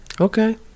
Okay